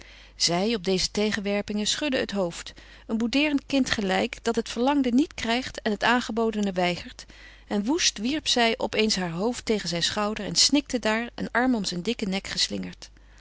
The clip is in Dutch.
zij op deze tegenwerpingen schudde het hoofd een boudeerend kind gelijk dat het verlangde niet krijgt en het aangebodene weigert en woest wierp zij op eens haar hoofd tegen zijn schouder en snikte daar een arm om zijn dikken nek geslingerd